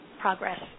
progress